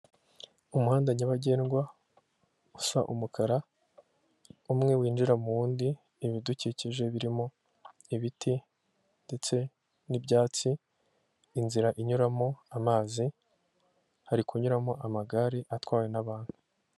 Umuhanda nyabagendwa usa umukara umwe winjira mu wundi ibidukikije birimo ibiti, ndetse n'ibyatsi inzira inyuramo amazi hari kunyuramo amagare atwawe n'bantu.